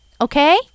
okay